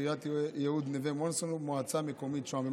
עיריית יהוד-נווה מונסון ומועצה מקומית שוהם.